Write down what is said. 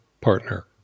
partner